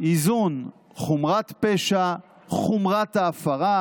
איזון בין חומרת פשע לחומרת ההפרה,